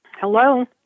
Hello